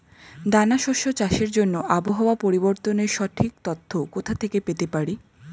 দানা শস্য চাষের জন্য আবহাওয়া পরিবর্তনের সঠিক তথ্য কোথা থেকে পেতে পারি?